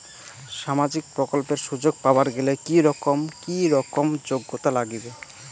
সামাজিক প্রকল্পের সুযোগ পাবার গেলে কি রকম কি রকম যোগ্যতা লাগিবে?